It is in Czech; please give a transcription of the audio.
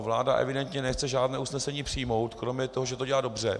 Vláda evidentně nechce žádné usnesení přijmout kromě toho, že to dělá dobře.